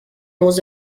was